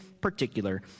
particular